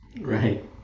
Right